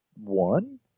One